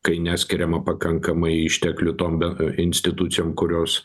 kai neskiriama pakankamai išteklių tom ben institucijom kurios